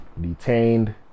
detained